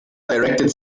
directed